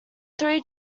three